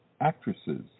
actresses